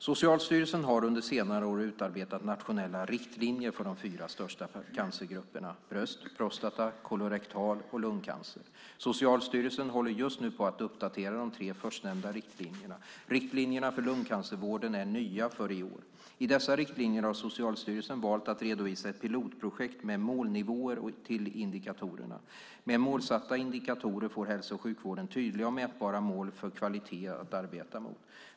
Socialstyrelsen har under senare år utarbetat nationella riktlinjer för de fyra största cancergrupperna, bröst-, prostata-, kolorektal och lungcancer. Socialstyrelsen håller just nu på att uppdatera de tre förstnämnda riktlinjerna. Riktlinjerna för lungcancervården är nya för i år. I dessa riktlinjer har Socialstyrelsen valt att redovisa ett pilotprojekt med målnivåer till indikatorerna. Med målsatta indikatorer får hälso och sjukvården tydliga och mätbara mål för kvalitet att arbeta mot.